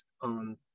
on